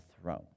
throne